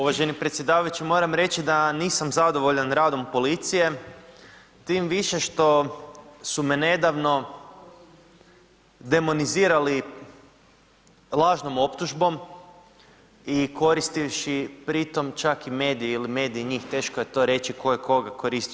Uvaženi predsjedavajući, moram reći da nisam zadovoljan radom policije tim više što su me nedavno demonizirali lažnom optužbom i koristivši pri tom čak i medij il medij njih, teško je to reći tko je koga koristio.